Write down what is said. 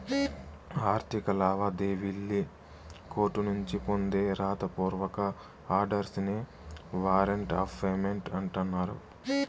ఆర్థిక లావాదేవీల్లి కోర్టునుంచి పొందే రాత పూర్వక ఆర్డర్స్ నే వారంట్ ఆఫ్ పేమెంట్ అంటన్నారు